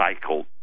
cycle